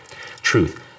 Truth